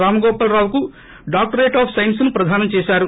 రాంగోపాల్ రావుకు doctorate of సైన్స్ను ప్రదానం చేశారు